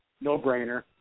no-brainer